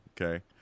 Okay